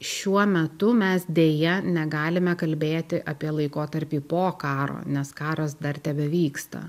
šiuo metu mes deja negalime kalbėti apie laikotarpį po karo nes karas dar tebevyksta